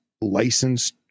licensed